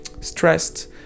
stressed